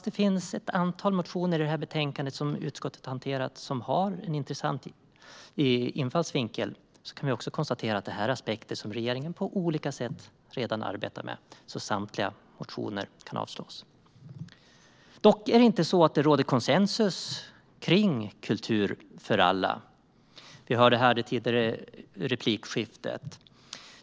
Det finns ett antal motioner i betänkandet som utskottet hanterat som har en intressant infallsvinkel, men vi kan konstatera att det är aspekter som regeringen på olika sätt redan arbetar med, så samtliga motioner kan avslås. Dock är det inte så att det råder konsensus kring kultur för alla, som vi hörde här i tidigare replikskifte.